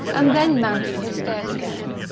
and then mounted his stairs again.